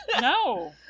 No